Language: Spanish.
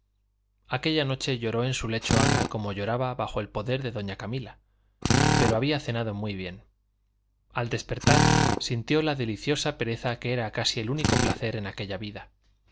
aquella noche lloró en su lecho ana como lloraba bajo el poder de doña camila pero había cenado muy bien al despertar sintió la deliciosa pereza que era casi el único placer en aquella vida